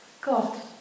God